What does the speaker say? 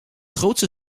grootste